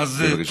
בבקשה.